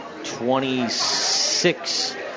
26